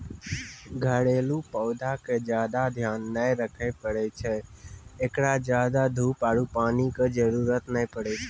घरेलू पौधा के ज्यादा ध्यान नै रखे पड़ै छै, एकरा ज्यादा धूप आरु पानी के जरुरत नै पड़ै छै